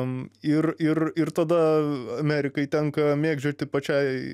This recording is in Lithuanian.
ir ir ir tada amerikai tenka mėgdžioti pačiai